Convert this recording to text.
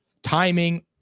Timing